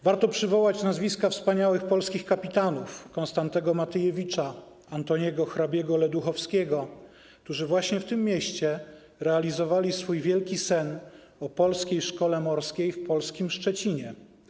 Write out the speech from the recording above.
Warto przywołać nazwiska wspaniałych polskich kapitanów Konstantego Matyjewicza i hrabiego Antoniego Ledóchowskiego, którzy w tym mieście realizowali swój wielki sen o polskiej szkole morskiej w polskim Szczecinie.